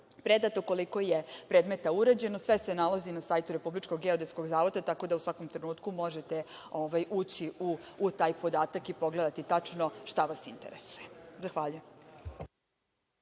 predato, koliko je predmeta urađeno, sve se nalazi na sajtu Republičkog geodetskog zavoda, tako da u svakom trenutku možete ući u taj podatak i pogledati tačno šta vas interesuje. Zahvaljujem.